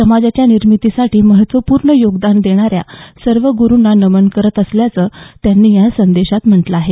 समाजाच्या निर्मितीसाठी महत्त्वपूर्ण योगदान देणाऱ्या सर्व ग्रुंना नमन करत असल्याचं त्यांनी या संदेशात म्हटलं आहे